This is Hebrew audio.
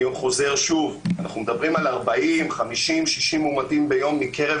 אני חוזר שוב: אנחנו מדברים על 40 50 60 מאומתים ביום מקרב